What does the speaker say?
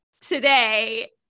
today